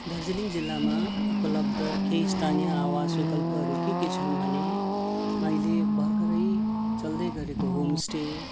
दार्जिलिङ जिल्लामा उपलब्ध केही स्थानीय आवास विकल्पहरू के के छन् भने अहिले भर्खरै चल्दै गरेको होम स्टे